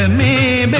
ah me